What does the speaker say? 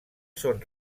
són